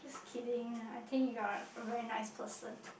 kidding ah I think you are a very nice person